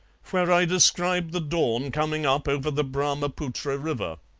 where i describe the dawn coming up over the brahma-putra river